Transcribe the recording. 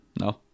no